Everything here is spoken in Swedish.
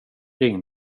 ring